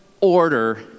order